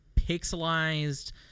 pixelized